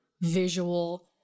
visual